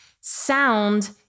sound